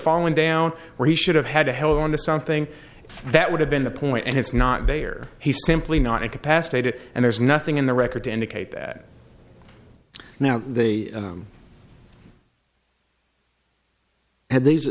fallen down where he should have had to held on to something that would have been the point and it's not they are he simply not incapacitated and there's nothing in the record to indicate that now the them had these